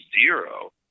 zero